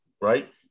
right